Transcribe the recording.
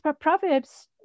proverbs